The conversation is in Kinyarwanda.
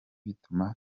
bituma